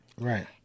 Right